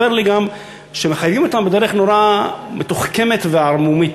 הסתבר לי גם שמחייבים אותם בדרך נורא מתוחכמת וערמומית.